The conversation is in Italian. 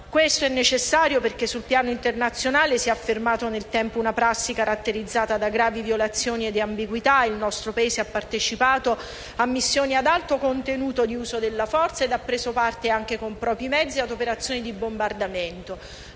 Questo è necessario perché sul piano internazionale si è affermata nel tempo una prassi caratterizzata da gravi violazioni ed ambiguità, e il nostro Paese ha partecipato a missioni ad alto contenuto di uso della forza, ed ha preso parte, anche con propri mezzi, ad operazioni di bombardamento.